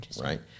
right